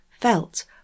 felt